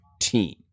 team